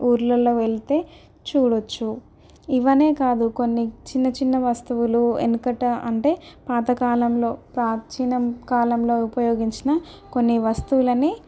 ఊళ్ళలో వెళితే చూడవచ్చు ఇవి అనే కాదు కొన్ని చిన్న చిన్న వస్తువులు వెనుకట అంటే పాతకాలంలో ప్రాచీన కాలంలో ఉపయోగించిన కొన్ని వస్తువులని